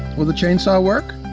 will the chainsaw work?